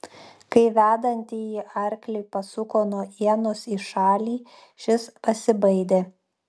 kai vedantįjį arklį pasuko nuo ienos į šalį šis pasibaidė